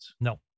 No